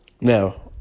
Now